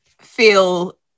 feel